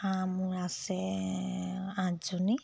হাঁহ মোৰ আছে আঠজনী